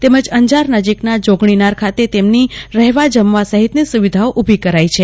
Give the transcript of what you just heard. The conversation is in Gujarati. તેમજ અંજાર નજીકના જોગણીનાર ખાતે તેમની રહેવા જમવા સહિતની સુવિધાઓ ઉભી કરાઈ છે